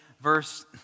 verse